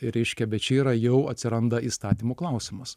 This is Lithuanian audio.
reiškia bet čia yra jau atsiranda įstatymo klausimas